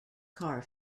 car